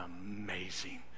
amazing